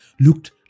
looked